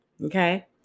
Okay